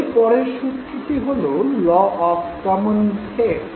এর পরের সূত্রটি হল ল অফ কমন ফেট